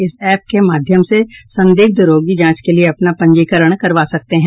इस एप के माध्यम से संदिग्ध रोगी जांच के लिए अपना पंजीकरण करवा सकते हैं